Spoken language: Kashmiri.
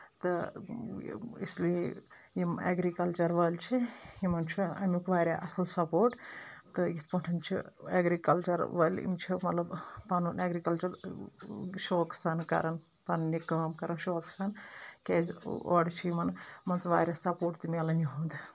تہٕ اس لیے یِم اؠگرِکَلچر وٲلۍ چھِ یِمن چھُ اَمیُک واریاہ اَصٕل سپوٹ تہٕ یِتھ پٲٹھۍ چھُ اؠگرِکَلچر وٲلۍ یِم چھِ مطلب پَنُن ایٚگرِکَلچَر شوقہٕ سان کران پَنٕنہِ کٲم کَران شوقہٕ سان کیازِ اورٕ چھِ یِمن مان ژٕ واریاہ سپوٹ تہِ مِلان یِہُنٛد